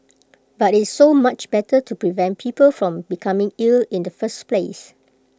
but IT so much better to prevent people from becoming ill in the first place